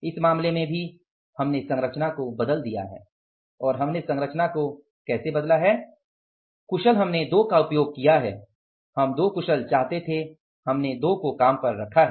इस मामले में भी हमने संरचना को बदल दिया है और हमने संरचना को कैसे बदला है कुशल हमने 2 का उपयोग किया है हम दो कुशल चाहते थे हमने 2 को काम पर रखा है